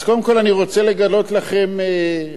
אני רוצה לגלות לכם סוד,